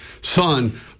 son